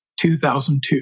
2002